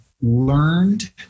learned